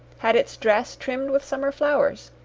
had its dress trimmed with summer flowers.